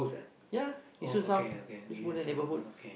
ya Yishun-South just go there neighbourhood